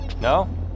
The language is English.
No